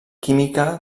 química